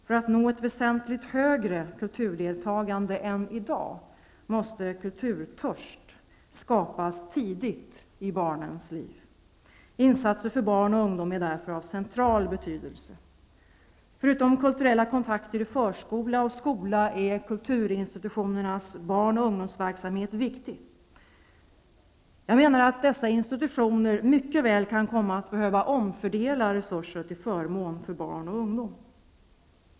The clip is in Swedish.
För att nå ett väsentligt högre kulturdeltagande än i dag måste kulturtörst skapas tidigt i barnens liv. Insatser för barn och ungdom är därför av central betydelse. Förutom kulturella kontakter i förskola och skola är kulturinstitutionernas barn och ungdomsverksamhet viktig. Dessa institutioner kan mycket väl komma att behöva omfördela resurser till förmån för barn och ungdom.